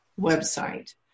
website